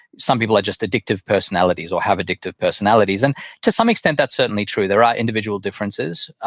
some people are just addictive personalities or have addictive personalities. and to some extent, that's certainly true. there are individual differences,